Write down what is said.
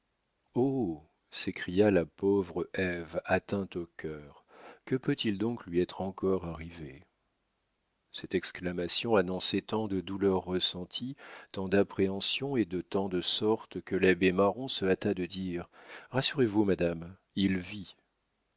s'écria la pauvre ève atteinte au cœur que peut-il donc lui être encore arrivé cette exclamation annonçait tant de douleurs ressenties tant d'appréhensions et de tant de sortes que l'abbé marron se hâta de dire rassurez-vous madame il vit